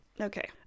okay